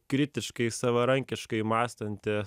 kritiškai savarankiškai mąstanti